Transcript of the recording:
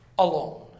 alone